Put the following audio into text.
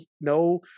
no